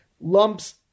lumps